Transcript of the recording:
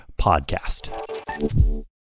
podcast